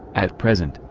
at present,